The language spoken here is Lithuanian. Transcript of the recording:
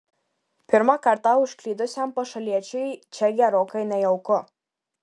pirmą kartą užklydusiam pašaliečiui čia gerokai nejauku